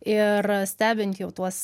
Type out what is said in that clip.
ir stebint jau tuos